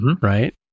right